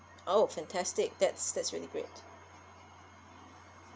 oh fantastic that's that's really great